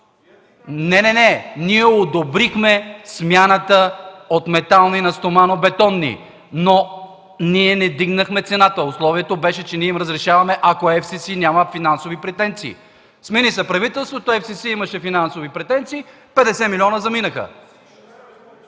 Не, ние одобрихме смяната от метални на стоманобетонни, но не вдигнахме цената – условието беше, че ние им разрешаваме, ако Еф Си Си няма финансови претенции. Смени се правителството, Еф Си Си имаше финансови претенции – 50 милиона заминаха.